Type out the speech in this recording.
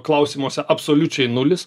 klausimuose absoliučiai nulis